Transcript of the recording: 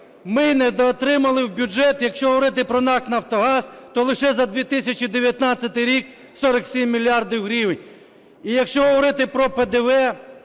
ми недоотримали в бюджет, якщо говорити про НАК "Нафтогаз", то лише за 2019 рік 47 мільярдів гривень. І якщо говорити про ПДВ,